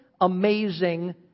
amazing